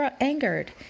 angered